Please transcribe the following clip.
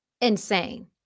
insane